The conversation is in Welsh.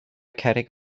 cerrig